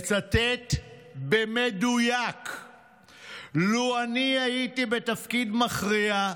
מצטט במדויק: "לו אני הייתי בתפקיד מכריע,